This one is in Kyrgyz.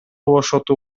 бошотуу